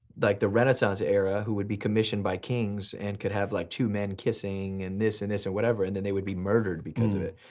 like the renaissance era, who would be commissioned by kings and could have like two men kissing and this and this and whatever, and and they would be murdered because of it.